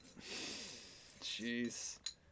Jeez